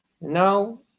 Now